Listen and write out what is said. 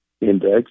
index